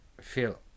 feel